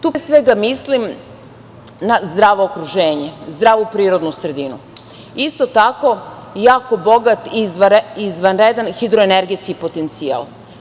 Tu pre svega mislim na zdravo okruženje, zdravu prirodnu sredinu, isto tako jako bogat i izvanredan hidroenergetski potencijal.